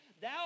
Thou